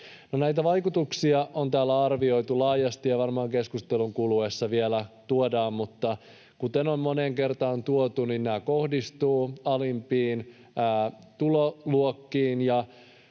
Näitä vaikutuksia on täällä arvioitu laajasti ja varmaan keskustelun kuluessa vielä tuodaan, mutta kuten on moneen kertaan tuotu, niin nämä kohdistuvat alimpiin tuloluokkiin